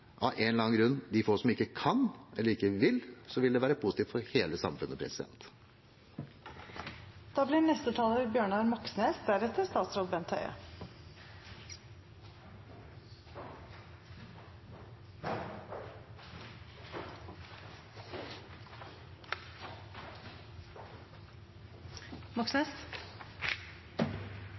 av en eller annen grunn enten ikke kan eller ikke vil. Det vil være positivt for hele samfunnet.